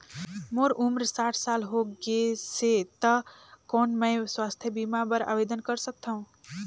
मोर उम्र साठ साल हो गे से त कौन मैं स्वास्थ बीमा बर आवेदन कर सकथव?